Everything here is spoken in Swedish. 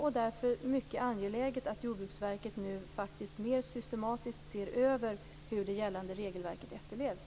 Därför är det mycket angeläget att Jordbruksverket nu faktiskt mer systematiskt ser över hur det gällande regelverket efterlevs.